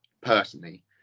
personally